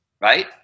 right